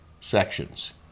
sections